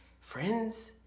friends